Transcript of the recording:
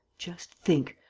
just think!